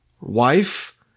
wife